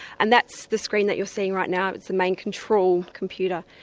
and that's the screen that you're seeing right now. it's the main control computer.